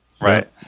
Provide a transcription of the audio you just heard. Right